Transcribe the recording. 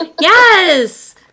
Yes